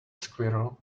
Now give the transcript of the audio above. squirrel